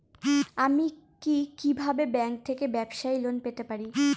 আমি কি কিভাবে ব্যাংক থেকে ব্যবসায়ী লোন পেতে পারি?